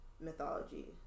mythology